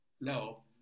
no